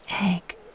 egg